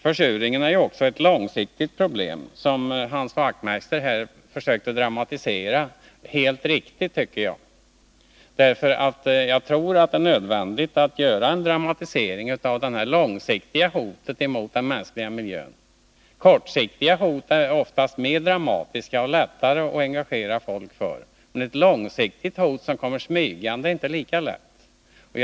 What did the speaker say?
Försurningen är också ett långsiktigt problem, som Hans Wachtmeister här har försökt dramatisera — helt riktigt, tycker jag. Jag tror att det är nödvändigt att göra en dramatisering av detta långsiktiga hot mot den mänskliga miljön. Kortsiktiga hot är oftast mera dramatiska och lättare att engagera folk för. Men ett långsiktigt hot som kommer smygande är det inte lika lätt med.